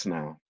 now